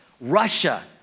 Russia